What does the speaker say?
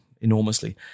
enormously